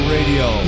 Radio